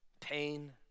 pain